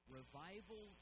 revival